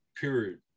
period